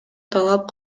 талап